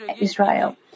Israel